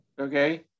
okay